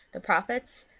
the prophets,